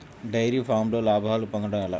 Dairy ఫామ్లో లాభాలు పొందడం ఎలా?